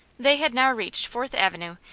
they had now reached fourth avenue,